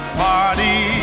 party